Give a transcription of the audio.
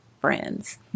friends